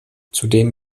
zudem